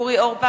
נגד אורי אורבך,